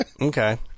Okay